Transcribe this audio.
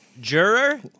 Juror